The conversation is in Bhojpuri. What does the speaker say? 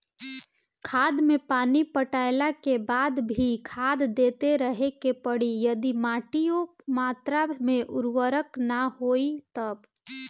खेत मे पानी पटैला के बाद भी खाद देते रहे के पड़ी यदि माटी ओ मात्रा मे उर्वरक ना होई तब?